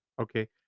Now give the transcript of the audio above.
okay